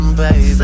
baby